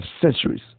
centuries